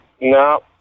no